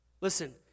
Listen